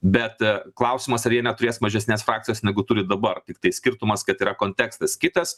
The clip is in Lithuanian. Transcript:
bet klausimas ar jie neturės mažesnės frakcijos negu turi dabar tiktai skirtumas kad yra kontekstas kitas